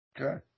Okay